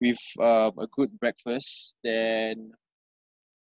with um a good breakfast then